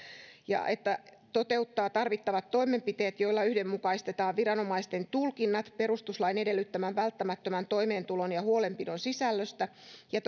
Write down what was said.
ja että valtioneuvosto toteuttaa tarvittavat toimenpiteet joilla yhdenmukaistetaan viranomaisten tulkinnat perustuslain edellyttämän välttämättömän toimeentulon ja huolenpidon sisällöstä ja